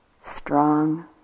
strong